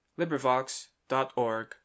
Librivox.org